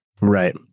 Right